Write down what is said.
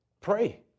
Pray